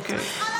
אוקיי.